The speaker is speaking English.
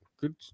Good